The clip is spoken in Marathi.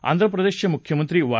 आंध्रप्रदेशचे मुख्यमंत्री वाय